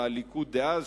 הליכוד דאז,